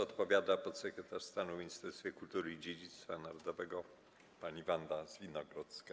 Odpowiada podsekretarz stanu w Ministerstwie Kultury i Dziedzictwa Narodowego pani Wanda Zwinogrodzka.